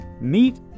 meet